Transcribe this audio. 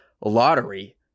lottery